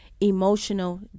emotional